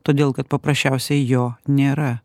todėl kad paprasčiausiai jo nėra